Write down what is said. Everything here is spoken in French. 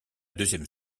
deuxième